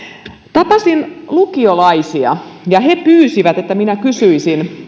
tapasin lukiolaisia ja he pyysivät että minä kysyisin